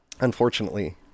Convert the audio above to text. unfortunately